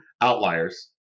outliers